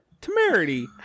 Temerity